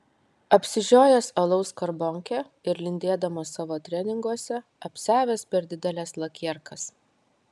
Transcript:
apsižiojęs alaus skarbonkę ir lindėdamas savo treninguose apsiavęs per dideles lakierkas